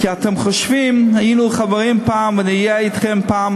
כי אתם חושבים: היינו חברים פעם ונהיה אתכם פעם.